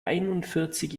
einundvierzig